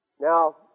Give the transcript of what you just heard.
Now